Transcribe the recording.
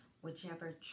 whichever